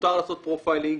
מותר לעשות פרופיילינג,